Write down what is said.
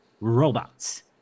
robots